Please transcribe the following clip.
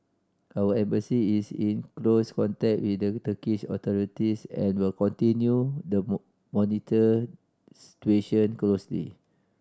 our Embassy is in close contact with the Turkish authorities and will continue the monitor situation closely